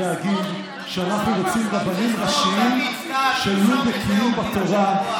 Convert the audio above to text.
שאנחנו רוצים רבנים ראשיים שיהיו בקיאים בתורה,